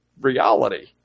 reality